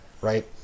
Right